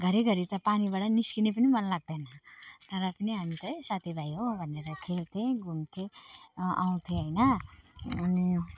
घरिघरि त पानीबाट निस्किनु पनि मन लाग्दैन तर पनि हामीले साथीभाइ हो भनेर खेल्थेँ घुम्थेँ आउँथेँ होइन अनि